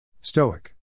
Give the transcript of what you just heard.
Stoic